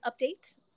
update